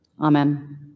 Amen